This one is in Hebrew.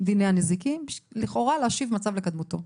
דיני הנזיקין - לכאורה, השבת מצב לקדמותו.